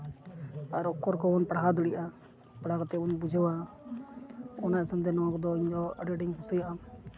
ᱟᱨ ᱚᱠᱠᱷᱚᱨ ᱠᱚᱵᱚᱱ ᱯᱟᱲᱦᱟᱣ ᱫᱟᱲᱮᱭᱟᱜᱼᱟ ᱯᱟᱲᱦᱟᱣ ᱠᱟᱛᱮ ᱵᱚᱱ ᱵᱩᱡᱷᱟᱹᱣᱟ ᱚᱱᱟ ᱥᱟᱶᱛᱮ ᱱᱚᱣᱟ ᱠᱚᱫᱚ ᱤᱧᱫᱚ ᱟᱹᱰᱤ ᱟᱸᱴᱤᱧ ᱠᱩᱥᱤᱭᱟᱜᱼᱟ